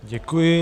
Děkuji.